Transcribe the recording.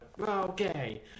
okay